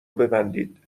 ببندید